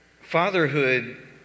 Fatherhood